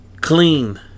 Clean